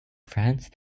france